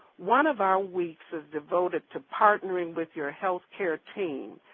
one of our weeks is devoted to partnering with your health care team,